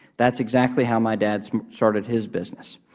that's exactly how my dad so started his business.